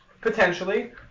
Potentially